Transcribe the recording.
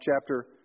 chapter